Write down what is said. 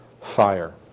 fire